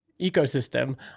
ecosystem